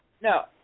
No